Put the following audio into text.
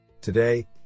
today